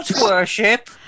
worship